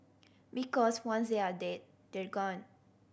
because once they're dead they're gone